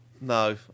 No